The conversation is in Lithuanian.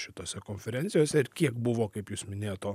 šitose konferencijose ir kiek buvo kaip jūs minėjot to